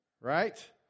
Right